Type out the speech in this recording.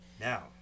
Now